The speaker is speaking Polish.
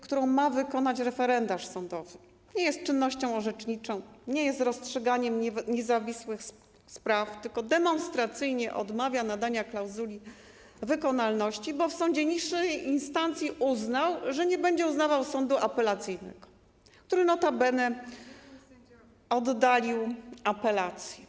którą ma wykonać referendarz sądowy - nie jest czynnością orzeczniczą, nie jest rozstrzyganiem niezawisłych spraw - tylko demonstracyjnie odmawia nadania klauzuli wykonalności, bo w sądzie niższej instancji uznał, że nie będzie uznawał sądu apelacyjnego, który notabene oddalił apelację.